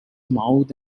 mouth